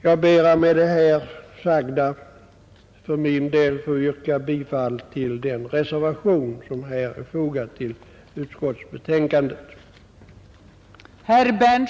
Jag ber att med det sagda för min del få yrka bifall till den reservation som fogats till utskottsbetänkandet.